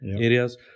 areas